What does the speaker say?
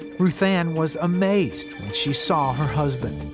ruthann was amazed when she saw her husband.